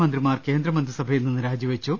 മന്ത്രിമാർ കേന്ദ്രമന്ത്രിസഭയിൽനിന്ന് രാജിവെച്ചു